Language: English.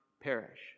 perish